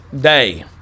day